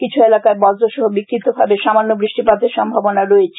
কিছু এলাকায় বজ্র সহ বিক্ষিপ্ত ভাবে সামান্য বৃষ্টিপাতের সম্ভাবনা রয়েছে